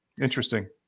Interesting